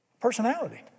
Personality